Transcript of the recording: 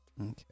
Okay